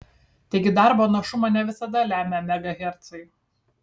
taigi darbo našumą ne visada lemia megahercai